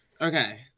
Okay